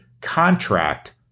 contract